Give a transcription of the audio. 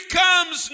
comes